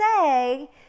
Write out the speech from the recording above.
say